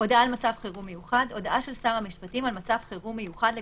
"הודעה על מצב חירום מיוחד" הודעה של שר המשפטים על מצב